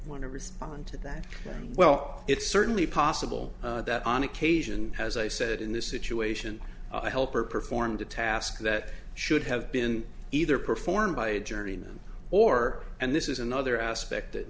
want to respond to that well it's certainly possible that on occasion as i said in this situation a helper performed a task that should have been either performed by a journeyman or and this is another aspect that